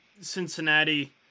Cincinnati